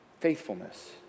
faithfulness